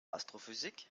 astrophysik